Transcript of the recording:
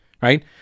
right